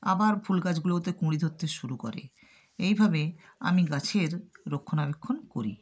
আবার ফুল গাছগুলোতে কুঁড়ি ধরতে শুরু করে এইভাবে আমি গাছের রক্ষণাবেক্ষণ করি